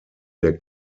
der